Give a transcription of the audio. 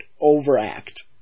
overact